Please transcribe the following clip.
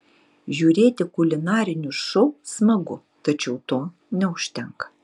žiūrėti kulinarinius šou smagu tačiau to neužtenka